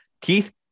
Keith